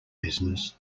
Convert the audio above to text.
business